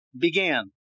began